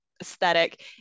aesthetic